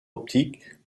optique